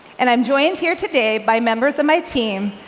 and i'm joined here today by members of my team,